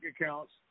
accounts